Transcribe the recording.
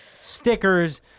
stickers